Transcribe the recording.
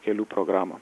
kelių programą